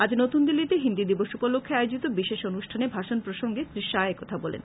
আজ নতুনদিল্লীতে হিন্দি দিবস উপলক্ষে আয়োজিত বিশেষ অনুষ্ঠানে ভাষণ প্রসঙ্গে শ্রী শাহ এ কথা বলেন